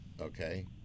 okay